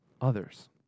others